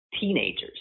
teenagers